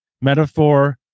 metaphor